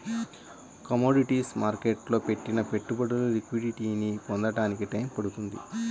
commodities మార్కెట్టులో పెట్టిన పెట్టుబడులు లిక్విడిటీని పొందడానికి టైయ్యం పడుతుంది